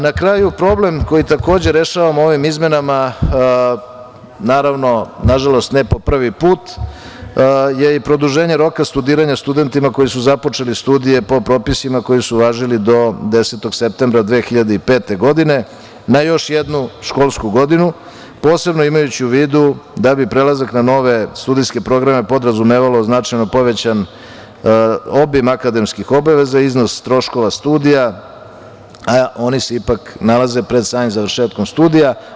Na kraju problem koji takođe rešavamo ovim izmenama, na žalost ne po prvi put, je i produženje roka studiranja studentima koji su započeli studije po propisima koji su važili do 10. septembra 2005. godine na još jednoj školsku godinu, posebno imajući u vidu da bi prelazak na nove studentske programe podrazumevalo značajno povećan obim akademskih obaveza, iznos troškova studija, a oni se ipak nalaze pred samim završetkom studija.